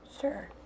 Sure